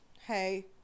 hey